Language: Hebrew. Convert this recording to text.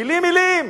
מלים-מלים.